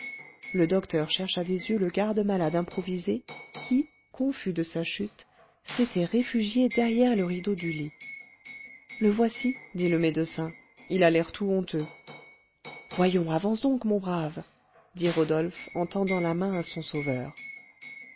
le docteur chercha des yeux le garde-malade improvisé qui confus de sa chute s'était réfugié derrière le rideau du lit le voici dit le médecin il a l'air tout honteux voyons avance donc mon brave dit rodolphe en tendant la main à son sauveur